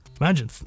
Imagine